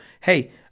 hey